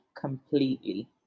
completely